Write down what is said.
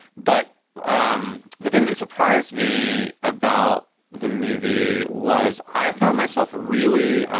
but um the thing that surprised me about the movie was i found myself really